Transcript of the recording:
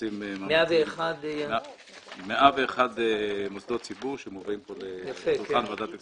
101 מוסדות ציבור שמובאים לאישור ועדת הכספים.